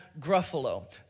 gruffalo